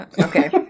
okay